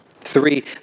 Three